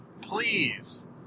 please